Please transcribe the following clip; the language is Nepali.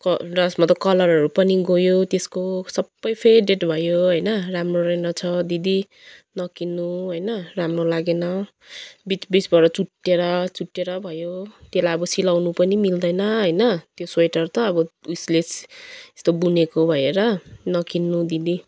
लास्टमा त कलरहरू पनि गयो त्यसको सबै फेडेड भयो होइन राम्रो रहेनछ दिदी नकिन्नु होइन राम्रो लागेन बिचबिचबाट चुँडिएर चुँडिएर भयो त्यसलाई अब सिलाउनु पनि मिल्दैन होइन त्यो स्वेटर त अब यसले यस्तो बुनेको भएर नकिन्नु दिदी